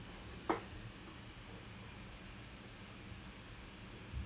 huq is no huq is talking about the voice projection thingy right this [one] is a